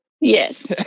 Yes